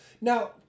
Now